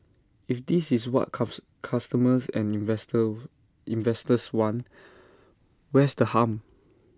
if this is what customers and investor investors want where's the harm